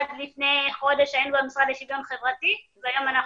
עד לפני חודש היינו במשרד לשוויון חברתי והיום אנחנו